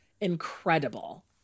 incredible